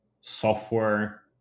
software